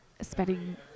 spending